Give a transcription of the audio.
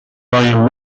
royal